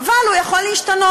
אבל הוא יכול להשתנות.